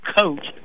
coach